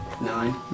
Nine